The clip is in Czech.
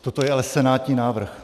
Toto je ale senátní návrh.